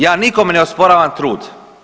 Ja nikome ne osporavam trud.